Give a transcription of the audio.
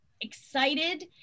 excited